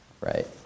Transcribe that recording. right